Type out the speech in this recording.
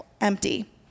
empty